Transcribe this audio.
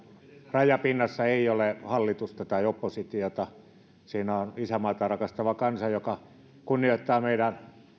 rajapinnassa ei ole hallitusta tai oppositiota siinä on isänmaata rakastava kansa joka kunnioittaa meidän